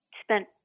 spent